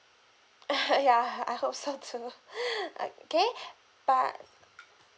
ya I hope so too okay but